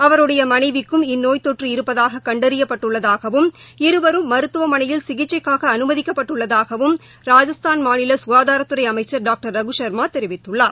அவருடைய மனைவிக்கும் இந்நோய் தொற்று இருப்பதாக கண்டறியப்பட்டுள்ளதாகவும் இருவரும் மருத்துவமனையில் சிகிச்சைக்காக அனுமதிக்கப்பட்டுள்ளதாகவும் ராஜஸ்தான் மாநில சுகாதாரத்துறை அனமச்சர் டாக்டர் ரகுசர்மா தெரிவித்துள்ளார்